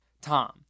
Tom